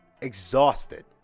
exhausted